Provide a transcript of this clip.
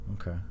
okay